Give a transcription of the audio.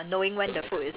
ya ya ya